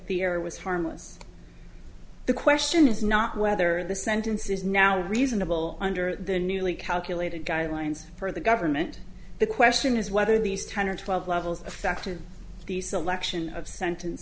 error was harmless the question is not whether the sentence is now reasonable under the newly calculated guidelines for the government the question is whether these ten or twelve levels affected the selection of sentence